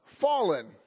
fallen